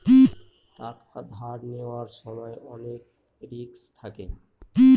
টাকা ধার নেওয়ার সময় অনেক রিস্ক থাকে